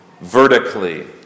vertically